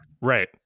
Right